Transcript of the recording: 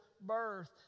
birth